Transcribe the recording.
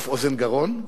אף-אוזן-גרון?